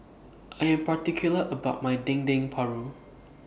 I Am particular about My Dendeng Paru